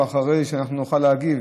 ואחרי כן אנחנו נוכל להגיב,